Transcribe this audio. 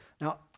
Now